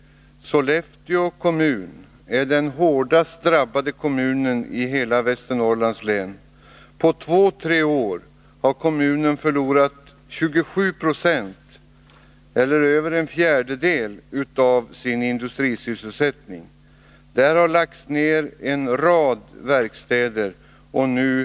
Sollefteå kommun är den hårdast drabbade kommunen i hela Västernorrlands län. På två tre år har kommunen förlorat 27 26 eller över en fjärdedel av sin industrisysselsättning. En rad verkstäder har lagts ned.